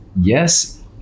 yes